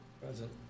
Present